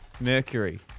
Mercury